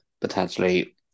potentially